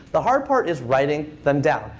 the hard part is writing them down.